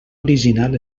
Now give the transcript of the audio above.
original